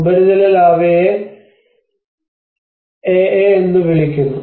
ഉപരിതല ലാവയെ Aa എന്ന് വിളിക്കുന്നു